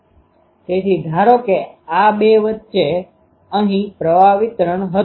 તેથી ધારો કે આ બે વચ્ચે અહીં પ્રવાહ વિતરણ હતું